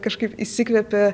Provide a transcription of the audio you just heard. kažkaip įsikvėpė